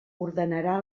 ordenarà